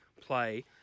play